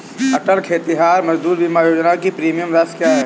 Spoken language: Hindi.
अटल खेतिहर मजदूर बीमा योजना की प्रीमियम राशि क्या है?